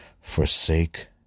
Forsake